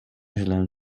źle